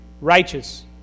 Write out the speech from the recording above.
Righteous